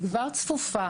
היא כבר צפופה,